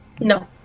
No